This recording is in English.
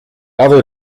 other